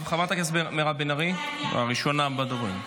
חברת הכנסת מירב בן ארי, ראשונת הדוברים.